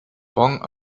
wong